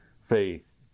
faith